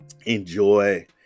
Enjoy